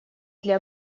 для